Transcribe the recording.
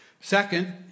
Second